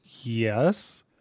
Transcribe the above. Yes